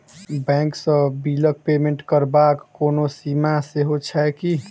Bank सँ बिलक payment करबाक कोनो सीमा सेहो छैक की?